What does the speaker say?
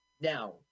Now